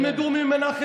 למה,